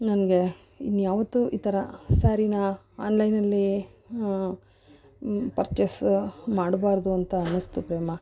ನನಗೆ ಇನ್ಯಾವತ್ತು ಈ ಥರ ಸ್ಯಾರಿನ ಆನ್ಲೈನಲ್ಲಿ ಪರ್ಚೇಸ ಮಾಡಬಾರ್ದು ಅಂತ ಅನ್ನಿಸ್ತು ಪ್ರೇಮ